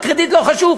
הקרדיט לא חשוב,